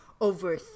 over